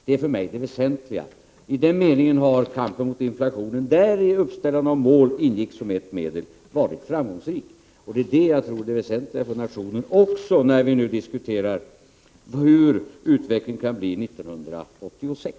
Det är för mig det väsentliga. I den meningen har kampen mot inflationen — där uppställandet av mål ingick som ett medel — varit framgångsrik. Det är detta jag tror är det väsentliga för nationen, också när vi nu diskuterar hur utvecklingen kan bli 1986.